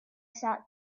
sat